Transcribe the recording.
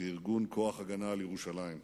בארגון כוח הגנה על ירושלים.